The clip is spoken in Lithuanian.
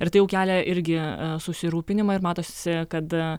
ir tai jau kelia irgi susirūpinimą ir matosi kad